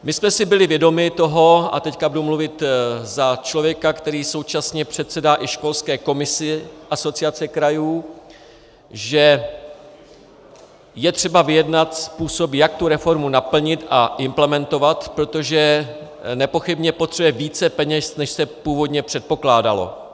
My jsme si toho byli vědomi, a teď budu mluvit za člověka, který současně předsedá i školské komisi Asociace krajů, že je třeba vyjednat způsob, jak tu reformu naplnit a implementovat, protože nepochybně potřebuje více peněz, než se původně předpokládalo.